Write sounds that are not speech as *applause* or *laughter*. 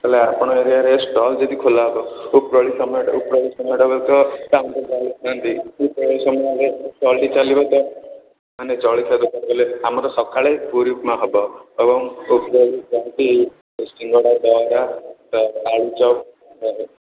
ହେଲେ ଆପଣଙ୍କ ଏରିଆରେ ଷ୍ଟଲ ଯଦି ଖୋଲା ହେବ ଉପର ବେଳି ସମୟଟା ଉପର ବେଳି ସମୟଟାରେ ତ *unintelligible* ଉପର ବେଳି ସମୟରେ ଷ୍ଟଲଟି ତ ଚାଲିବ ତ ଆମେ ଜଳଖିଆ ଦୋକାନ ଦେଲେ ଆମର ସକାଳେ ପୁରି ଉପମା ହେବ ଏବଂ ଉପର ବେଳି ଯାହାକି ସିଙ୍ଗଡ଼ା ବରା ତା'ପରେ ଅଳୁଚପ ତା'ପରେ